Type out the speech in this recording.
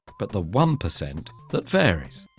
but the one percent that varies.